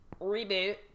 reboot